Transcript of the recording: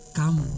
come